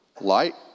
Light